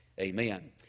amen